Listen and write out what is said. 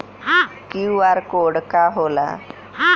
QR code का होला?